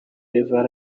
level